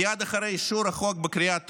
מייד אחרי אישור החוק בקריאה הטרומית,